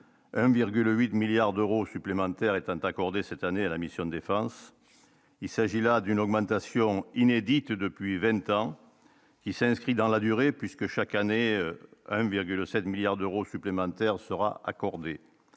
8 milliards d'euros supplémentaires étant accordée cette année à la mission défense, il s'agit là d'une augmentation inédite depuis 20 ans, qui s'inscrit dans la durée puisque chaque année 1,7 milliards d'euros supplémentaires sera accordée,